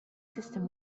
system